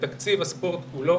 ותקציב הספורט כולו